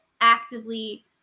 actively